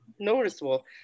noticeable